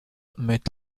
mit